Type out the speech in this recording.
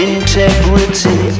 Integrity